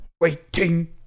Waiting